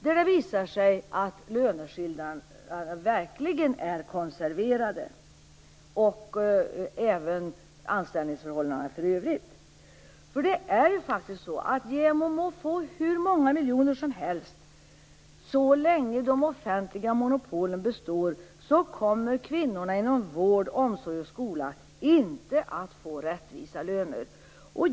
Där visar det sig att löneskillnaderna verkligen är konserverade. Det gäller även anställningsförhållanden i övrigt. JämO må få hur många miljoner som helst, så länge de offentliga monopolen består kommer kvinnorna inom vård, omsorg och skola inte att få rättvisa löner.